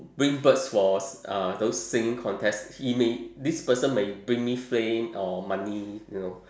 bring birds for si~ uh those singing contest he may this person may bring me fame or money you know